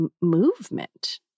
movement